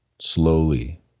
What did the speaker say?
slowly